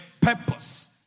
purpose